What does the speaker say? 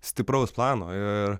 stipraus plano ir